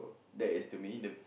that is to me the